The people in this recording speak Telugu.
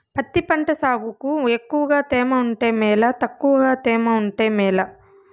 పత్తి పంట సాగుకు ఎక్కువగా తేమ ఉంటే మేలా తక్కువ తేమ ఉంటే మేలా?